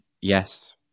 Yes